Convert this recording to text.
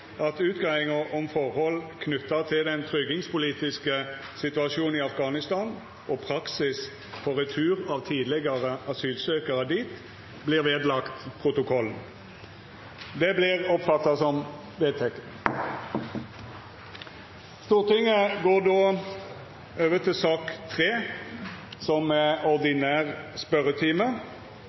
at utgreiinga om forhold knytte til den tryggingspolitiske situasjonen i Afghanistan og praksis for retur av tidlegare asylsøkjarar dit, vert lagd ved protokollen. – Det